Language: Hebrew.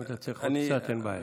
אם אתה צריך עוד קצת, אין בעיה.